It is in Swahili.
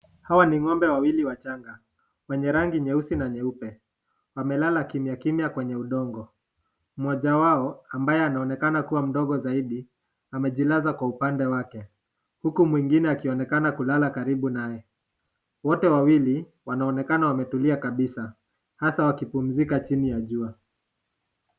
Hawa ni ng'ombe wawili wachanga wenye rangi nyeusi na nyeupe. Wamelala kimya kimya kwenye udongo. Mmoja wao ambaye anaonekana kuwa mdogo zaidi amejilaza kwa upande wake uku mwingine akionekana kulala karibu naye. Wote wawili wanaonekana wametulia kabisa hasa wakipumzika chini ya jua.